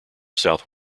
south